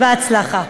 בהצלחה.